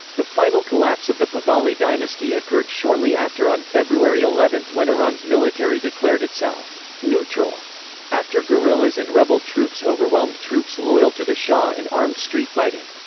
the final collapse of the pahlavi dynasty occurred shortly after on february eleven when iran's military declared itself neutral after guerrillas and rebel troops overwhelmed troops loyal to the shah in armed street fighting.